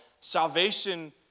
salvation